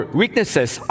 weaknesses